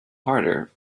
harder